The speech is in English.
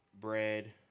Bread